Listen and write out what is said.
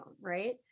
right